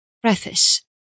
PREFACE